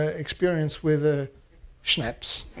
ah experience with ah schnapps,